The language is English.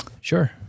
Sure